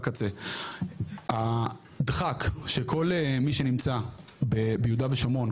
בקצה הדחק שכל מי שנמצא ביהודה ושומרון,